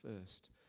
first